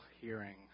hearing